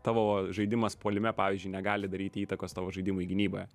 tavo žaidimas puolime pavyzdžiui negali daryti įtakos tavo žaidimui gynyboje